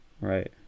Right